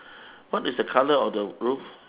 what is the colour of the roof